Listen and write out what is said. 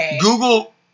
Google